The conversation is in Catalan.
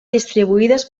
distribuïdes